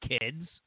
kids